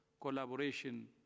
collaboration